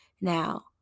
Now